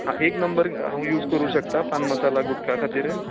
एक नंबर हांव यूज करूं शकतां पानमसाला गुटका खातीर